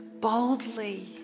boldly